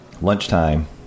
Lunchtime